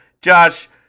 Josh